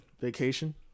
Vacation